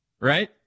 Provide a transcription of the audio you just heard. Right